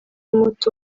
muto